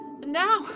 now